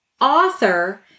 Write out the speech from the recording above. author